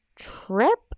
trip